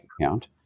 account